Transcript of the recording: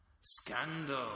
Scandal